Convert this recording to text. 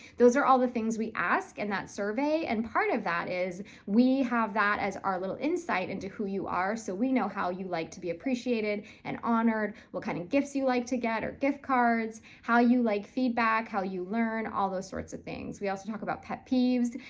those are all the things we ask in and that survey, and part of that is we have that as our little insight into who you are so we know how you like to be appreciated and honored, what kind of gifts you like to get, or gift cards, how you like feedback, how you learn, all those sorts of things. we also talk about pet peeves,